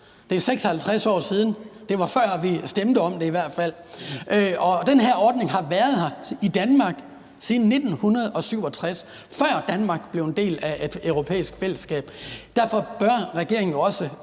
det er 56 år siden, og det var i hvert fald, før vi stemte om det. Den her ordning har været her i Danmark siden 1967, altså før Danmark blev en del af Det Europæiske Fællesskab. Derfor bør regeringen jo også